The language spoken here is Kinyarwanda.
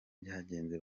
byagenze